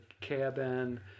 cabin